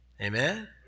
Amen